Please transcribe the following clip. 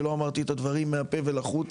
ולא אמרתי את הדברים מהפה ולחוץ.